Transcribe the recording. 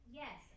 yes